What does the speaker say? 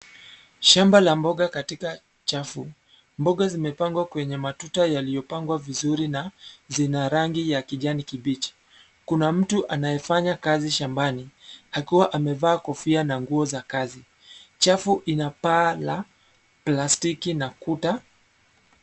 Shamba la mboga katika chafu, mboga zimepangwa kwenye matuta yaliyopangwa vizuri na, zina rangi ya kijani kibichi. Kuna mtu anayefanya kazi shambani, akiwa amevaa kofia na nguo za kazi. Chafu ina paa la plastiki na kuta.